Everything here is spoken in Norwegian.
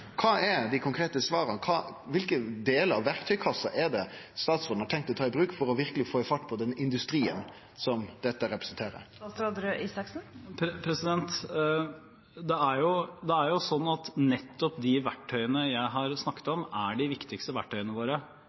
er dei konkrete svara? Kva delar av verktøykassa er det statsråden har tenkt å ta i bruk for verkeleg å få fart på den industrien som dette representerer? Nettopp de verktøyene jeg har snakket om, er de viktigste verktøyene våre – også for treforedlingsindustrien. Dessuten er det sånn at i bioøkonomistrategien er treforedlingsindustrien, som jeg har